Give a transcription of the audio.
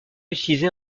utilisée